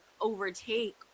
overtake